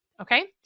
Okay